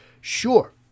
Sure